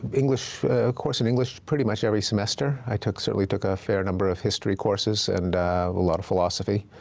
english course, an english pretty much every semester. i took, certainly took a fair number of history courses and a lot of philosophy,